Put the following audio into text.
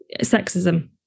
sexism